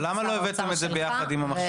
אבל למה לא הבאתם את זה ביחד עם המכשירים?